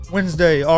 Wednesday